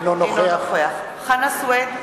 אינו נוכח חנא סוייד,